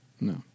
No